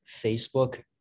Facebook